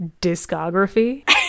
discography